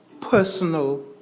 personal